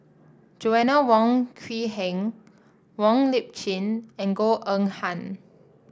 Joanna Wong Quee Heng Wong Lip Chin and Goh Eng Han